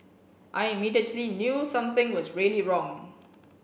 I immediately knew something was really wrong